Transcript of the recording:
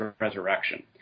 resurrection